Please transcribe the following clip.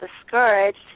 discouraged